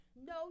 No